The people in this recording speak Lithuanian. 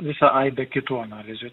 visą aibę kitų analizių